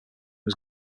was